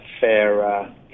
fairer